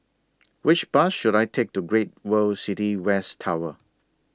Which Bus should I Take to Great World City West Tower